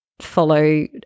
follow